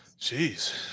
Jeez